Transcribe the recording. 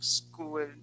school